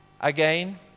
again